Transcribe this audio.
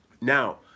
Now